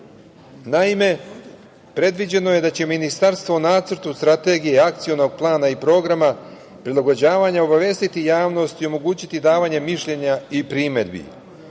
Naime, predviđeno je da će Ministarstvo u nacrtu strategije Akcionog plana i programa prilagođavanja obavestiti javnost i omogućiti davanje mišljenja i primedbi. Ovaj